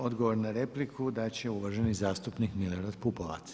Odgovor na repliku dat će uvaženi zastupnik Milorad Pupovac.